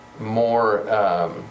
more